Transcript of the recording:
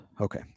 Okay